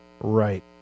right